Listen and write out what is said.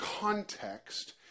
context